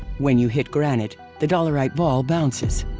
when you hit granite, the dolerite ball bounces.